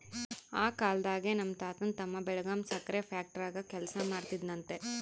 ಆ ಕಾಲ್ದಾಗೆ ನಮ್ ತಾತನ್ ತಮ್ಮ ಬೆಳಗಾಂ ಸಕ್ರೆ ಫ್ಯಾಕ್ಟರಾಗ ಕೆಲಸ ಮಾಡ್ತಿದ್ನಂತೆ